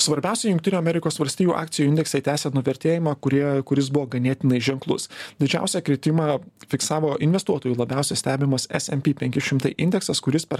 svarbiausių jungtinių amerikos valstijų akcijų indeksai tęsė nuvertėjimą kurie kuris buvo ganėtinai ženklus didžiausią kritimą fiksavo investuotojų labiausia stebimas smp penki šimtai indeksas kuris per